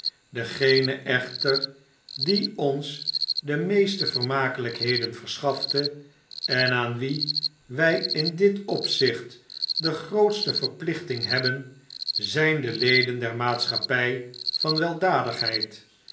degenen echter die onrs de meeste vermakelpheden verschaffen en aan wie wjj in dit opzicht de grootste verplichting hebben zijn de leden der maatschappjj van